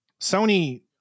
Sony